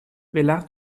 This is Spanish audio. velar